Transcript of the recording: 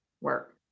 work